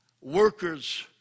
workers